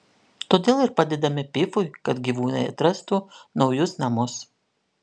todėl ir padedame pifui kad gyvūnai atrastų naujus namus